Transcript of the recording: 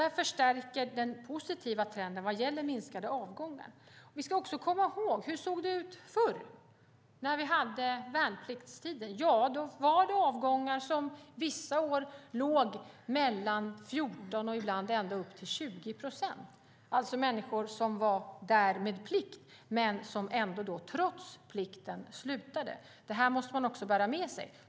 Det förstärker den positiva trenden vad gäller minskade avgångar. Vi ska också komma ihåg hur det såg ut förr, när vi hade värnplikt. Då låg avgångarna vissa år på mellan 14 och ibland ända upp till 20 procent. Det var alltså människor som var där av plikt men som trots plikten slutade. Det måste man också bära med sig.